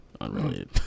unrelated